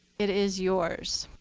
it is yours.